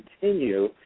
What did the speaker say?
continue